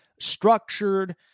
structured